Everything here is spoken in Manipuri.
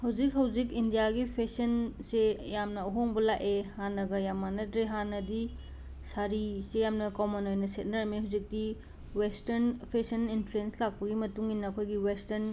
ꯍꯧꯖꯤꯛ ꯍꯧꯖꯤꯛ ꯏꯅꯗ꯭ꯌꯥꯒꯤ ꯐꯦꯁꯟꯁꯦ ꯌꯥꯝꯅ ꯑꯍꯣꯡꯕ ꯂꯥꯛꯑꯦ ꯍꯥꯟꯅꯒ ꯌꯥꯝꯅ ꯃꯥꯟꯅꯗꯔꯦ ꯍꯥꯟꯅꯗꯤ ꯁꯥꯔꯤꯁꯦ ꯌꯥꯝꯅ ꯀꯣꯃꯟ ꯑꯣꯏꯅ ꯁꯦꯠꯅꯔꯝꯃꯦ ꯍꯧꯖꯤꯛꯇꯤ ꯋꯦꯁꯇꯔꯟ ꯐꯦꯁꯟ ꯏꯟꯐ꯭ꯂꯨꯋꯦꯟꯁ ꯂꯥꯛꯄꯒꯤ ꯃꯇꯨꯡ ꯏꯟꯅ ꯑꯩꯈꯣꯏꯒꯤ ꯋꯦꯁꯇꯟ